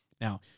Now